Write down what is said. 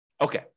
Okay